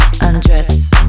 undress